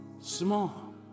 small